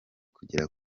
kugera